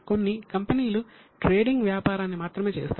కొన్ని కంపెనీలు ట్రేడింగ్ వ్యాపారాన్ని మాత్రమే చేస్తాయి